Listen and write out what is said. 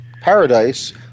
paradise –